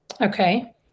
Okay